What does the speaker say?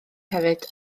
hefyd